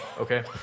okay